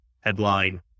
Headline